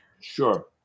Sure